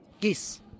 Yes